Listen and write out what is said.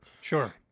Sure